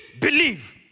believe